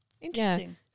Interesting